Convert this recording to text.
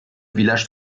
village